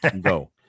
Go